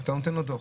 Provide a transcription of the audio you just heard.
אתה נותן לו דוח.